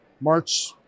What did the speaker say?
March